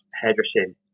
hairdressing